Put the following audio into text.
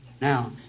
Now